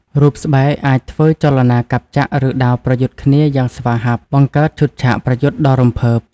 រូបស្បែកអាចធ្វើចលនាកាប់ចាក់ ឬដាវប្រយុទ្ធគ្នាយ៉ាងស្វាហាប់ បង្កើតឈុតឆាកប្រយុទ្ធដ៏រំភើប។